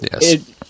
Yes